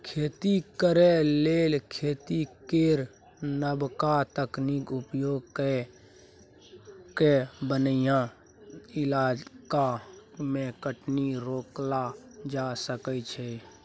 खेती करे लेल खेती केर नबका तकनीक उपयोग कए कय बनैया इलाका के कटनी रोकल जा सकइ छै